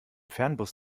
fernbus